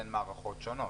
בין מערכות שונות.